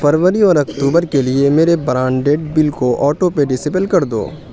فروری اور اکتوبر کے لیے میرے برانڈیڈ بل کو آٹو پے ڈسیبل کر دو